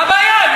מה הבעיה?